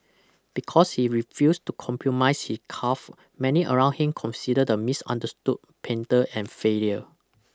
because he refused to compromise his craft many around him considered the misunderstood painter and failure